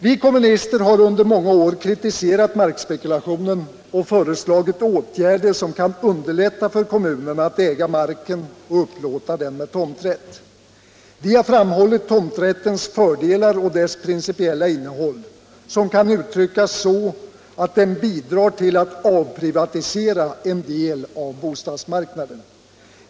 Vi kommunister har under många år kritiserat markspekulationen och föreslagit åtgärder som kan underlätta för kommunerna att äga marken och upplåta den med tomträtt. Vi har framhållit tomträttens fördelar och principiella innehåll, som kan uttryckas så att den bidrar till avprivatisera en del av bostadsmarknaden.